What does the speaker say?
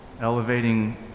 elevating